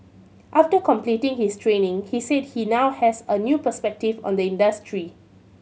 after completing his training he said he now has a new perspective on the industry